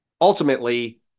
ultimately